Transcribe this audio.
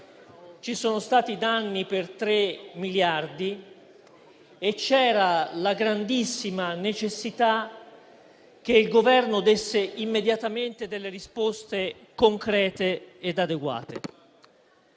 otto morti e danni per 3 miliardi di euro. Vi era la grandissima necessità che il Governo desse immediatamente delle risposte concrete e adeguate.